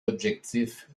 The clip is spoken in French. effectif